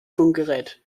funkgerät